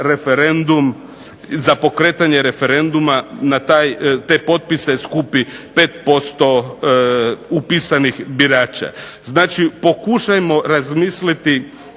onda neka za pokretanje referenduma te potpise skupi 5% upisanih birača. Znači, pokušajmo razmisliti